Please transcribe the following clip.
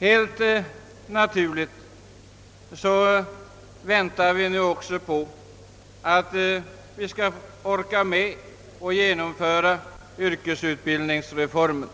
Helt naturligt väntar vi på att kunna genomföra <:yrkesutbildningsreformen.